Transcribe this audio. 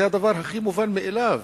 זה הדבר הכי מובן מאליו.